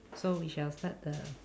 so we shall start the